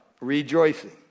Rejoicing